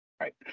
Right